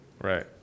Right